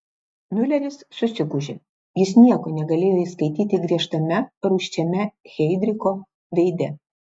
miuleris susigūžė jis nieko negalėjo įskaityti griežtame rūsčiame heidricho veide